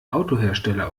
autohersteller